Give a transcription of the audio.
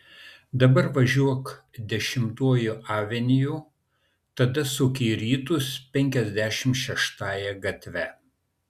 dabar važiuok dešimtuoju aveniu tada suk į rytus penkiasdešimt šeštąja gatve